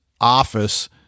office